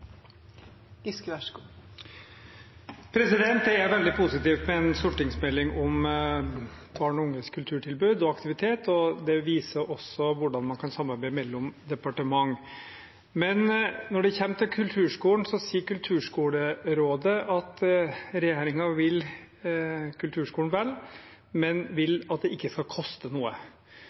er veldig positivt med en stortingsmelding om barn og unges kulturtilbud og aktivitet, og det viser også hvordan man kan samarbeide mellom departement. Men: Når det kommer til kulturskolen, sier Kulturskolerådet at regjeringen vil kulturskolen vel, men at det ikke skal koste noe.